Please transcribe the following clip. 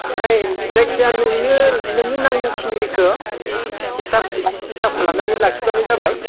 ओमफ्राय जायखिया नोंनो नोंनो नांगौखिनिखो हिसाब खालाम हिसाब खालामनानै लाखिबानो जाबाय